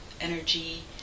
energy